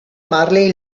marley